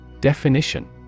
Definition